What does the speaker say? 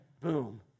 boom